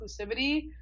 inclusivity